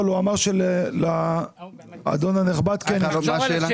אבל הוא אמר שלאדון הנכבד כן יש תשובה.